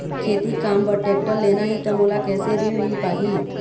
खेती काम बर टेक्टर लेना ही त मोला कैसे ऋण मिल पाही?